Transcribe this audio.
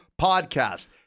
podcast